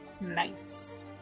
Nice